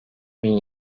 bin